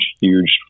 huge